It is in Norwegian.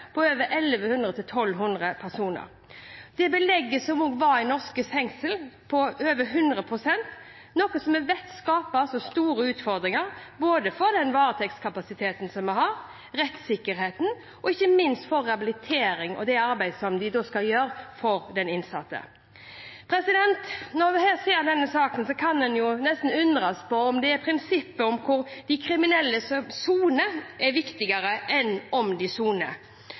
på 1 100–1 200 personer. Belegget i norske fengsler var på over 100 pst., noe vi vet skapte store utfordringer for både den varetektskapasiteten vi hadde, rettssikkerheten og ikke minst rehabiliteringen og det arbeidet som skulle gjøres for de innsatte. Når en ser på denne saken, kan en undre seg over om det viktigste for enkelte partier i denne sal er prinsippet om hvor de kriminelle skal sone, enn om de soner.